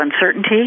uncertainty